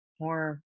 more